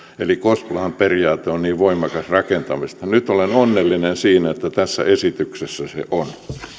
eli gosplan periaate on niin voimakas rakentamisessa nyt olen onnellinen siitä että tässä esityksessä se on